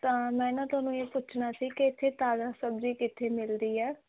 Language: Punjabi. ਤਾਂ ਮੈਂ ਨਾ ਤੁਹਾਨੂੰ ਇਹ ਪੁੱਛਣਾ ਸੀ ਕਿ ਇੱਥੇ ਤਾਜ਼ਾ ਸਬਜ਼ੀ ਕਿੱਥੇ ਮਿਲਦੀ ਹੈ